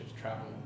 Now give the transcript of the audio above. travel